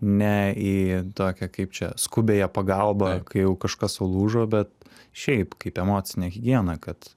ne į tokią kaip čia skubiąją pagalbą kai jau kažkas sulūžo bet šiaip kaip į emocinę higieną kad